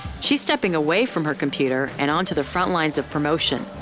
she's stepping away from her computer and onto the front lines of promotion,